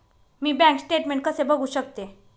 मी bank statement कसे बघू शकतो?